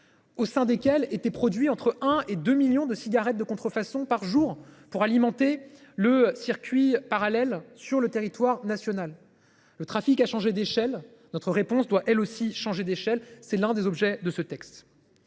Au sein desquels étaient produits entre un et 2 millions de cigarettes de contrefaçon par jour pour alimenter le circuit parallèle sur le territoire national. Le trafic a changé d'échelle. Notre réponse doit elle aussi changer d'échelle. C'est l'un des objets de ce texte.